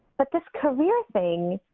but this career thing,